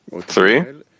Three